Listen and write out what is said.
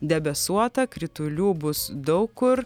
debesuota kritulių bus daug kur